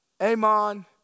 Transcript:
Amon